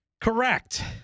Correct